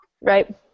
Right